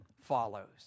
follows